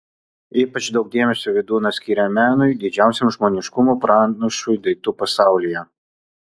ypač daug dėmesio vydūnas skiria menui didžiausiam žmoniškumo pranašui daiktų pasaulyje